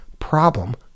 Problem